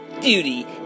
duty